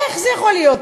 איך זה יכול להיות?